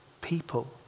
people